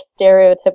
stereotypical